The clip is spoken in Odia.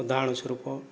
ଉଦାହରଣ ସ୍ୱରୂପ